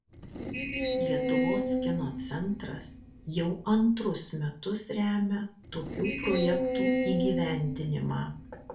lietuvos kino centras jau antrus metus remia tokių projektų įgyvendinimą